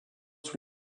sous